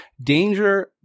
danger